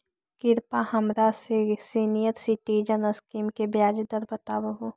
कृपा हमरा के सीनियर सिटीजन स्कीम के ब्याज दर बतावहुं